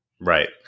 Right